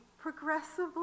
progressively